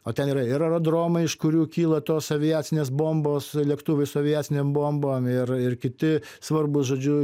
o ten yra ir aerodromai iš kurių kyla tos aviacinės bombos lėktuvai su aviacinėm bombom ir ir kiti svarbūs žodžiu